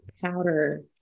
powder